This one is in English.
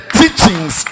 teachings